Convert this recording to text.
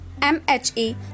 MHA